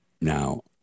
Now